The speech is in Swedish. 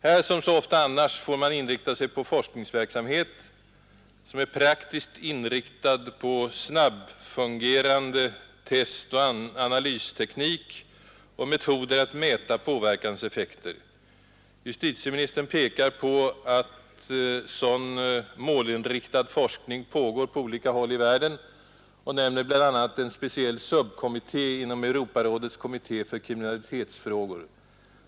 Här som så ofta annars får man inrikta sig på forskningsverksamhet som är praktiskt inriktad på snabbfungerande testoch analysteknik och metoder att mäta påverkanseffekter. Justitieministern pekar på att sådan målinriktad forskning pågår på olika håll i världen och nämner bl.a. en speciell subkommitté inom Europarådets kommitté för kriminalitetsfrågor.